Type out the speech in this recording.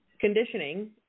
conditioning